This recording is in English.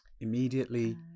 immediately